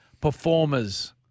performers